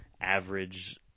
average